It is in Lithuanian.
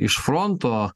iš fronto